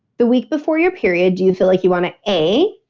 the week before your period, do you feel like you want to, a,